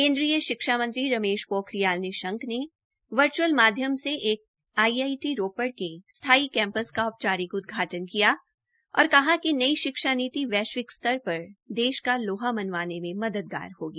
केन्द्रीय शिक्षा मंत्री रमेश पोखरियाल निशंक ने वर्च्अल माध्यम से आईआई टी रोपड़ के स्थाई कैम्पस का औपचरारिक उदघाटन किया और कहा कि नई शिक्षा नीति वैश्विक स्तर पर देश का लोहा मनवाने में मददगार होगी